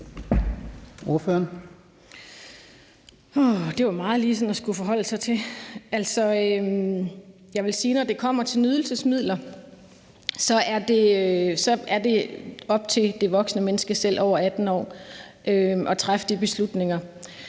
når det kommer til nydelsesmidler, er det op til det voksne menneske over 18 år selv at træffe de beslutninger.